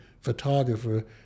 photographer